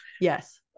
Yes